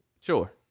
Sure